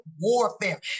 warfare